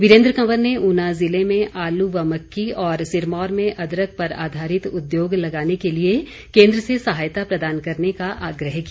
वीरेन्द्र कंवर ने ऊना जिले में आलू व मक्की और सिरमौर में अदरक पर आधारित उद्योग लगाने के लिए केन्द्र से सहायता प्रदान करने का आग्रह किया